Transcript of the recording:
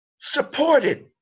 supported